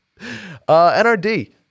NRD